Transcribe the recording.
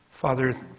Father